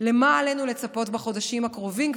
למה עלינו לצפות בחודשים הקרובים.